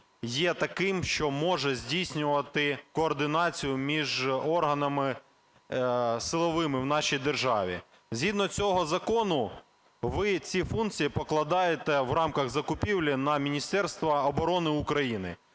є таким, що може здійснювати координацію між органами силовими в нашій державі. Згідно цього закону ви ці функції покладаєте в рамках закупівлі на Міністерство оборони України.